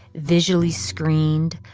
visually screened,